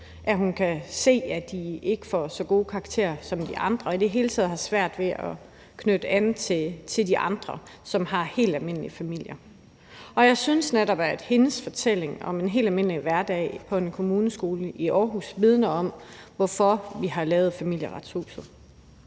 Hun kan se, at de ikke får så gode karakterer som de andre og i det hele taget har svært ved at knytte an til de andre, som har helt almindelige familier. Jeg synes netop, at hendes fortælling om en helt almindelig hverdag på en kommuneskole i Aarhus vidner om, hvorfor vi har lavet Familieretshuset.